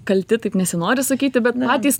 kalti taip nesinori sakyti bet patys